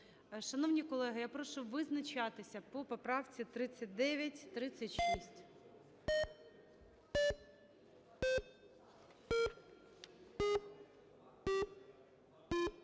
Шановні колеги, я прошу визначатися по поправці 3936.